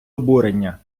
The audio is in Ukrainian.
обурення